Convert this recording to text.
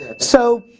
so,